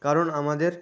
কারণ আমাদের